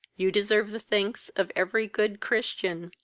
you deserve the thanks of every good christian,